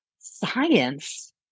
Science